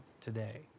today